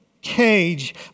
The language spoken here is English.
cage